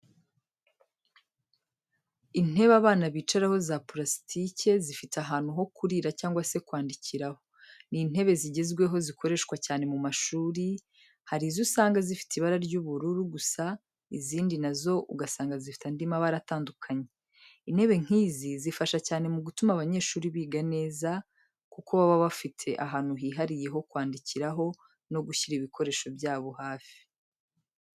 Intebe abana bicaraho za purasitike zifite ahantu ho kurira cyangwa se kwandikiraho ni intebe zigezweho zikoreshwa cyane mu mashuri, Hari izo usanga zifite ibara ry'ubururu gusa, izindi na zo ugasanga zifite andi mabara atandukanye. Intebe nk'izi zifasha cyane mu gutuma abanyeshuri biga neza, kuko baba bafite ahantu hihariye ho kwandikiraho no gushyira ibikoresho byabo hafi.